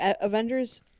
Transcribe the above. Avengers